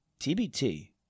TBT